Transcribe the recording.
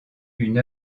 une